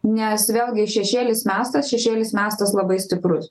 nes vėlgi šešėlis mestas šešėlis mestas labai stiprus